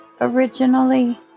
originally